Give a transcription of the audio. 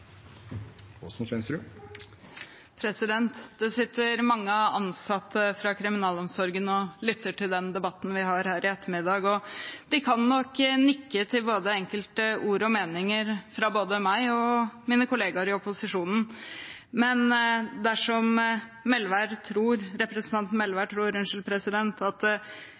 minutt. Det sitter mange ansatte fra kriminalomsorgen og lytter til den debatten vi har her i ettermiddag. De kan nok nikke til enkelte ord og meninger fra både meg og mine kollegaer i opposisjonen, men dersom representanten Melvær tror at